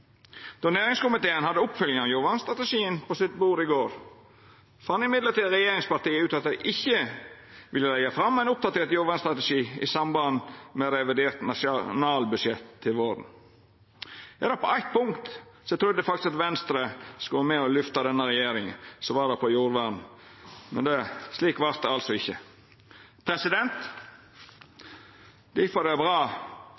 Då næringskomiteen hadde oppfølging av jordvernstrategien på sitt bord i går, fann i staden regjeringspartia ut at dei ikkje ville leggja fram ein oppdatert jordvernstrategi i samband med revidert nasjonalbudsjett til våren. Er det eitt punkt kor eg faktisk hadde trudd at Venstre skulle vore med og løfta denne regjeringa, var det innanfor jordvern – men slik vart det altså ikkje.